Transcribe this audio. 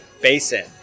basin